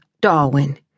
Darwin